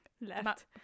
left